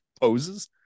poses